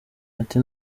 ati